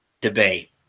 debate